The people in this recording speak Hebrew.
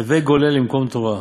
הווי גולה למקום תורה,